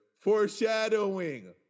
Foreshadowing